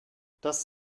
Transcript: das